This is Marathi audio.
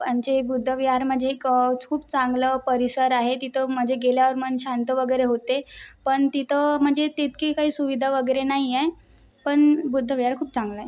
पण जे बुद्ध विहार म्हणजे एकच खूप चांगलं परिसर आहे तिथं म्हणजे गेल्यावर मन शांत वगैरे होते पण तिथं म्हणजे तितकी काही सुविधा वगैरे नाही आहे पण बुद्ध विहार खूप चांगलं आहे